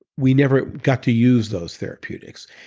we never got to use those therapeutics.